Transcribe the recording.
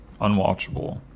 unwatchable